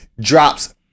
Drops